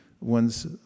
one's